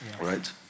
Right